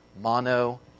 Mono